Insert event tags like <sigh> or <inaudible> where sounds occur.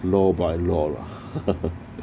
law by law lah <laughs>